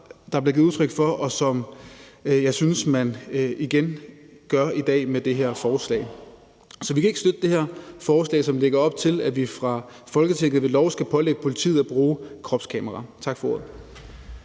der bliver givet udtryk for, og som jeg synes man igen gør i dag med det her forslag. Så vi kan ikke støtte det her forslag, som lægger op til, at vi fra Folketinget ved lov skal pålægge politiet at bruge kropskamera. Tak for ordet.